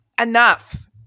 enough